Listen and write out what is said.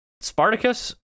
Spartacus